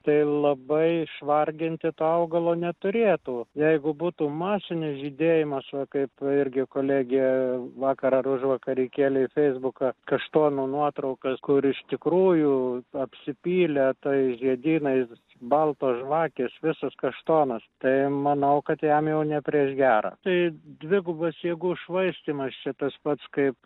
tai labai išvarginti to augalo neturėtų jeigu būtų masinis žydėjimas va kaip irgi kolegė vakar ar užvakar įkėlė į feisbuką kaštonų nuotraukas kur iš tikrųjų apsipylė tai žiedynais baltos žvakės visas kaštonas tai manau kad jam jau ne prieš gerą tai dvigubas jėgų švaistymas čia tas pats kaip